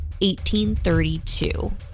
1832